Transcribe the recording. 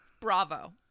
Bravo